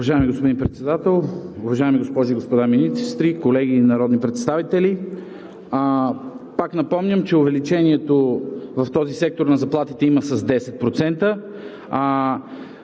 Уважаеми господин Председател, уважаеми госпожи и господа министри, колеги народни представители! Пак напомням, че има увеличение на заплатите с 10%